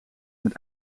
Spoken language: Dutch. met